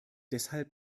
deshalb